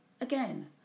Again